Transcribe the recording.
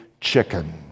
chicken